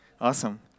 Awesome